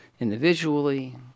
individually